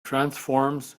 transforms